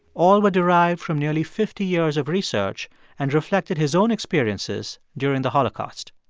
all were derived from nearly fifty years of research and reflected his own experiences during the holocaust.